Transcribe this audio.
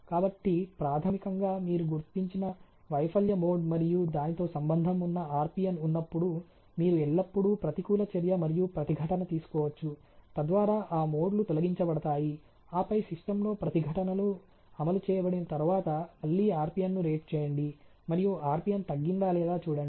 కాబట్టి ప్రాథమికంగా మీరు గుర్తించిన వైఫల్య మోడ్ మరియు దానితో సంబంధం ఉన్న RPN ఉన్నప్పుడు మీరు ఎల్లప్పుడూ ప్రతికూల చర్య మరియు ప్రతిఘటన తీసుకోవచ్చు తద్వారా ఆ మోడ్లు తొలగించబడతాయి ఆపై సిస్టమ్లో ప్రతిఘటనలు అమలు చేయబడిన తర్వాత మళ్ళీ RPN ను రేట్ చేయండి మరియు RPN తగ్గిందా లేదా చూడండి